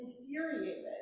infuriated